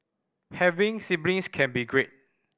having siblings can be great